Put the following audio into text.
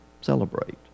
celebrate